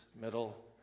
middle